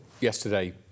yesterday